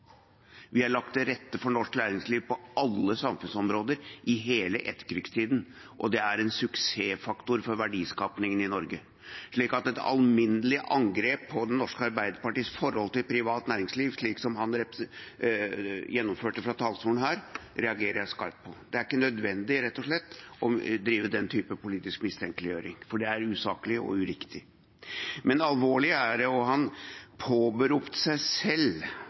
Vi har lagt til rette for norsk næringsliv på alle samfunnsområder i hele etterkrigstiden, og det er en suksessfaktor for verdiskapingen i Norge. Så et alminnelig angrep på Det norske Arbeiderpartis forhold til privat næringsliv, slik han gjennomførte fra talerstolen her, reagerer jeg skarpt på. Det er rett og slett ikke nødvendig å drive den typen politisk mistenkeliggjøring, for det er usaklig og uriktig. Men det alvorlige er at han påberopte seg selv